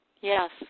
Yes